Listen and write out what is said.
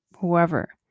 whoever